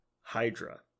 Hydra